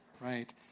Right